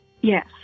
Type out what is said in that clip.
Yes